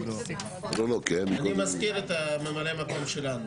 אני מזכיר את ממלאי המקום שלנו,